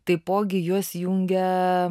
taipogi juos jungia